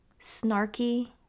snarky